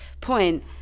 point